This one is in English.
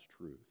truth